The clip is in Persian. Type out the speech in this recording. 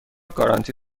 گارانتی